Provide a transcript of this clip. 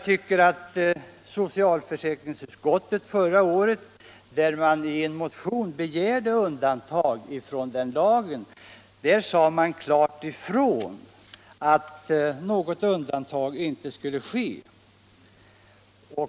Men socialförsäkringsutskottet uttalade förra året, då man i en motion begärde undantag från lagen, att något undantag inte skulle förekomma.